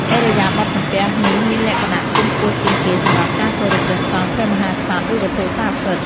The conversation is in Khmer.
ឥរិយាបថសំពះនេះមានលក្ខណៈខ្ពង់ខ្ពស់ជាងគេសម្រាប់ការគោរព ព្រះសង្ឃ ព្រះមហាក្សត្រ ឬវត្ថុស័ក្តិសិទ្ធិ។